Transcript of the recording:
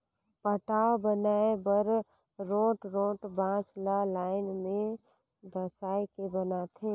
पटांव बनाए बर रोंठ रोंठ बांस ल लाइन में डसाए के बनाथे